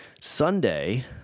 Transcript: Sunday